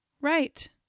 Right